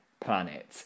planet